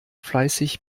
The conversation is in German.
fleißig